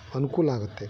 ಅನುಕೂಲ ಆಗುತ್ತೆ